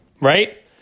right